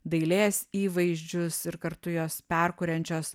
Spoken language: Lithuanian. dailės įvaizdžius ir kartu jos perkuriančios